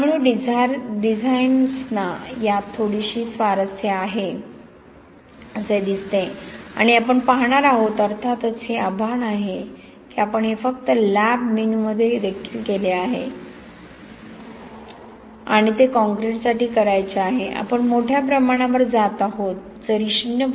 त्यामुळे डिझायनर्सना यात थोडीशी स्वारस्य आहे असे दिसते आणि आपण पाहणार आहोत अर्थातच आव्हान हे आहे की आपण हे फक्त लॅब मेनूमध्ये केले आहे आणि ते कॉंक्रिटसाठी करायचे आहे आपण मोठ्या प्रमाणावर जात आहोत जरी 0